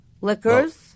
liquors